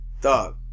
Dog